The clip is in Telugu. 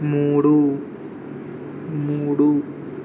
మూడు మూడు